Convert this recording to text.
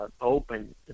open